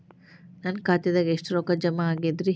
ನನ್ನ ಖಾತೆದಾಗ ಎಷ್ಟ ರೊಕ್ಕಾ ಜಮಾ ಆಗೇದ್ರಿ?